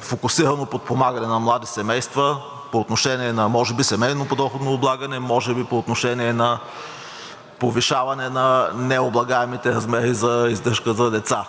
фокусирано подпомагане на млади семейства по отношение може би на семейно подоходно облагане, може би по отношение на повишаване на необлагаемите размери за издръжка за деца,